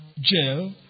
jail